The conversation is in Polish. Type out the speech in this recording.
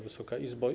Wysoka Izbo!